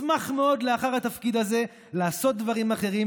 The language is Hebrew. "אשמח מאוד לאחר התפקיד הזה לעשות דברים אחרים,